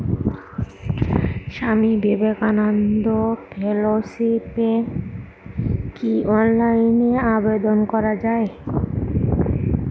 স্বামী বিবেকানন্দ ফেলোশিপে কি অনলাইনে আবেদন করা য়ায়?